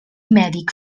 mèdic